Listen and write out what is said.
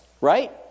right